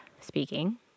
speaking